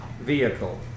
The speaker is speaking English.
vehicle